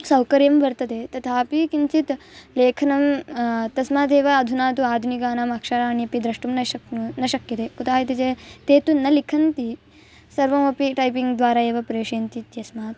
सौकर्यं वर्तते तथापि किञ्चित् लेखनं तस्मादेव अधुना तु आधुनिकानाम् अक्षराण्यपि द्रष्टुं न शक्नु न शक्यते कुतः इति चेत् ते तु न लिखन्ति सर्वमपि टैपिङ्ग्द्वारा एव प्रेषयन्ति इत्यस्मात्